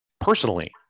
personally